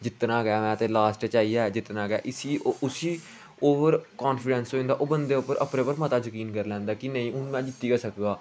जित्तना गै में ते लास्ट च आइयै जित्तना गै ऐ इसी उसी कान्फीडेंस होई जंदा ओह बंदे उप्पर अपने उप्पर मता जकीन करी लैंदा कि नेईं हून में जित्ती गै सकगा